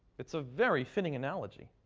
it's a very fitting analogy.